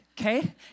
okay